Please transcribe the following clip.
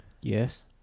Yes